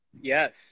Yes